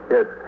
Yes